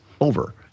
over